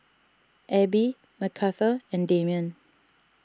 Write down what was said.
Ebbie Macarthur and Damion